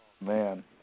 Man